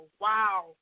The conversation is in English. Wow